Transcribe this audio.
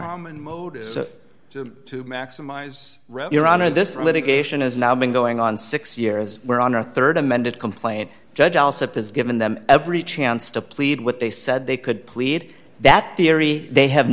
home and modus of to maximize your honor this litigation has now been going on six years we're on our rd amended complaint judge is giving them every chance to plead what they said they could plead that theory they have